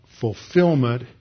fulfillment